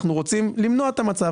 אנחנו רוצים למנוע את המצב.